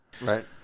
Right